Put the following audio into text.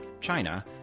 China